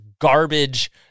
garbage